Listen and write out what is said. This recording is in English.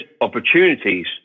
opportunities